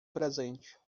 presente